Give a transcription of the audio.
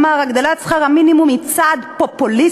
אמר: הגדלת שכר המינימום היא צעד פופוליסטי,